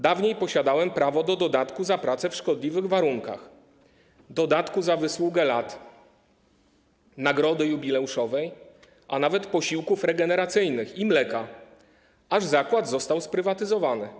Dawniej posiadałem prawo do dodatku za pracę w szkodliwych warunkach, dodatku za wysługę lat, nagrody jubileuszowej, a nawet posiłków regeneracyjnych i mleka, aż zakład został sprywatyzowany.